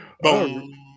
Boom